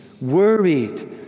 worried